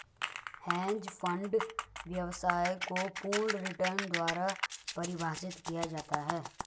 hedge fund व्यवसाय को पूर्ण रिटर्न द्वारा परिभाषित किया जाता है